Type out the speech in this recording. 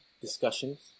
discussions